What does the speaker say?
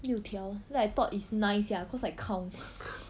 六条 then I thought is nine sia cause I count